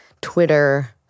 Twitter